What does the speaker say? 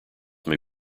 may